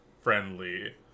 friendly